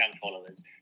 followers